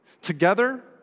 together